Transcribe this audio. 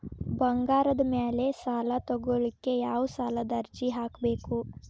ಬಂಗಾರದ ಮ್ಯಾಲೆ ಸಾಲಾ ತಗೋಳಿಕ್ಕೆ ಯಾವ ಸಾಲದ ಅರ್ಜಿ ಹಾಕ್ಬೇಕು?